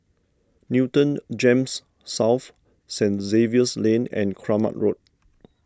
Newton Gems South Saint Xavier's Lane and Kramat Road